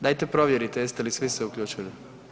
Dajte provjerite jeste li svi se uključili.